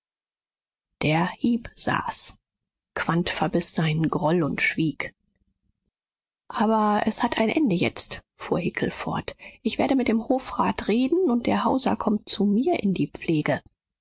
der hieb saß quandt verbiß seinen groll und schwieg aber es hat ein ende jetzt fuhr hickel fort ich werde mit dem hofrat reden und der hauser kommt zu mir in die pflege